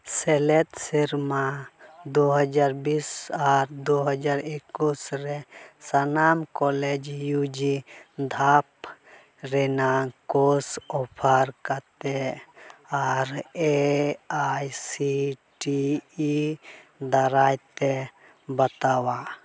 ᱥᱮᱞᱮᱫ ᱥᱮᱨᱢᱟ ᱫᱩᱦᱟᱡᱨ ᱵᱤᱥ ᱟᱨ ᱫᱩᱦᱟᱡᱟᱨ ᱮᱠᱩᱥ ᱨᱮ ᱥᱟᱱᱟᱢ ᱠᱚᱞᱮᱡᱽ ᱤᱭᱩ ᱡᱤ ᱫᱷᱟᱯ ᱨᱮᱱᱟᱜ ᱠᱳᱨᱥ ᱚᱯᱷᱟᱨ ᱠᱟᱛᱮ ᱟᱨ A I C T E ᱫᱟᱨᱟᱭᱛᱮ ᱵᱟᱛᱟᱣᱟ